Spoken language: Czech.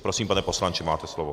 Prosím, pane poslanče, máte slovo.